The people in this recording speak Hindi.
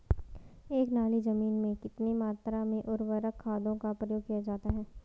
एक नाली जमीन में कितनी मात्रा में उर्वरक खादों का प्रयोग किया जाता है?